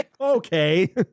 Okay